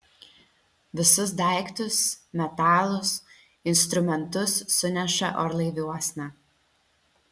visus daiktus metalus instrumentus suneša orlaiviuosna